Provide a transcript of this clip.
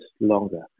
longer